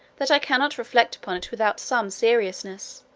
that i cannot reflect upon it without some seriousness.